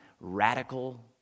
radical